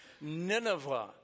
Nineveh